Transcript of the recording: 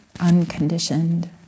unconditioned